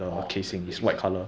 orh the casing